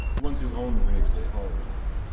ones who own the rigs they whole with.